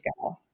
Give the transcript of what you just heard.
go